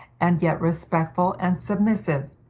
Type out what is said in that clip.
and yet respectful and submissive.